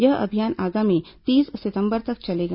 यह अभियान आगामी तीस सितंबर तक चलेगा